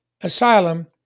asylum